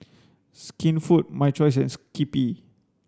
Skinfood My Choice and Skippy